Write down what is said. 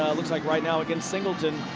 looks like right now against singleton,